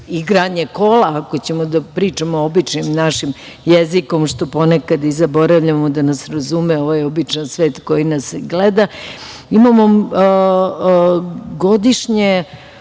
igranje kola, ako ćemo da pričamo običnim našim jezikom, što ponekad i zaboravljamo, da nas razume ovaj običan svet koji nas gleda. Imamo godišnje